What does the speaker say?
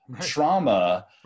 trauma